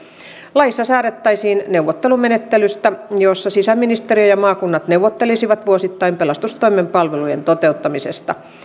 laissa säädettäisiin neuvottelumenettelystä jossa sisäministeriö ja maakunnat neuvottelisivat vuosittain pelastustoimen palvelujen toteuttamisesta